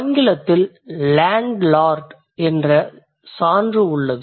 ஆங்கிலத்தில் landlord என்ற சான்று உள்ளது